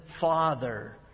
father